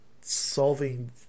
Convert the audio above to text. solving